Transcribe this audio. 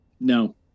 No